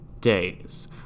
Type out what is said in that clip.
days